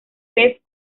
vez